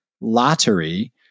Lottery